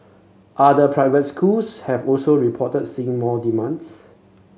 other private schools have also reported seeing more demands